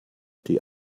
die